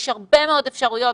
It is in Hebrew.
יש הרבה מאוד אפשרויות,